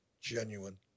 genuine